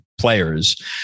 players